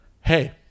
hey